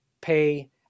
pay